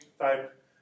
type